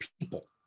people